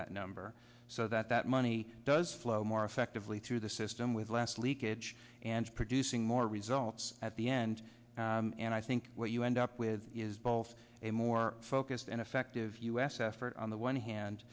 that number so that that money does flow more effectively through the system with glass leakage and producing more results at the end and i think what you end up with is both a more focused and effective u s effort on the one hand